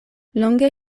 longe